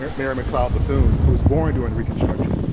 mary mcleod bethune, who was born during reconstruction.